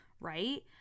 right